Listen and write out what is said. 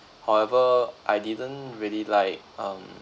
however I didn't really like um